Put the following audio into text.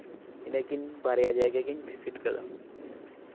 ᱤᱱᱟᱹᱠᱤᱱ ᱵᱟᱨᱭᱟ ᱡᱟᱭᱜᱟ ᱜᱤᱧ ᱵᱷᱤᱥᱤᱴ ᱟᱠᱟᱫᱟ